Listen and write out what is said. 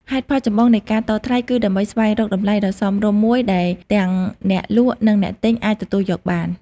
ហេតុផលចម្បងនៃការតថ្លៃ គឺដើម្បីស្វែងរកតម្លៃដ៏សមរម្យមួយដែលទាំងអ្នកលក់ និងអ្នកទិញអាចទទួលយកបាន។